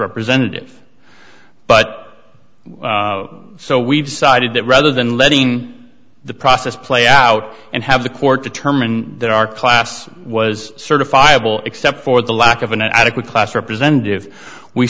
representative but so we decided that rather than letting the process play out and have the court determine that our class was certifiable except for the lack of an adequate class representative we